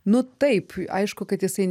nu taip aišku kad jisai